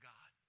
God